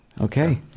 Okay